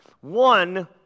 one